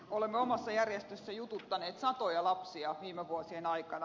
olemme omassa järjestössämme jututtaneet satoja lapsia viime vuosien aikana